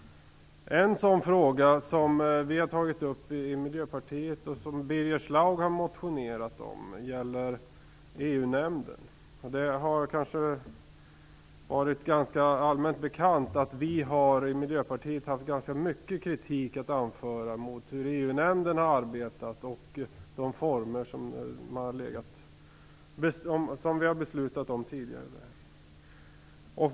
En sådan fråga som vi i Miljöpartiet har tagit upp och som Birger Schlaug har motionerat om gäller EU nämnden. Det har kanske varit allmänt bekant att vi i Miljöpartiet har haft ganska mycket kritik att anföra mot hur EU-nämnden har arbetat och mot de former som vi har beslutat om tidigare.